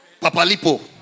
Papalipo